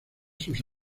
sus